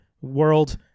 world